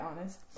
honest